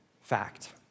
Fact